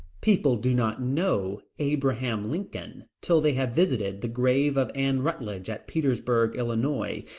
people do not know abraham lincoln till they have visited the grave of anne rutledge, at petersburg, illinois,